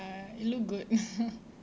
it look good